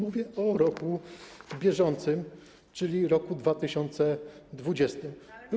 Mówię o roku bieżącym, czyli roku 2020.